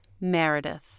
Meredith